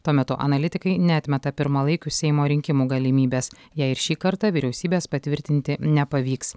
tuo metu analitikai neatmeta pirmalaikių seimo rinkimų galimybės jei ir šį kartą vyriausybės patvirtinti nepavyks